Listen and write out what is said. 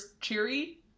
Cheery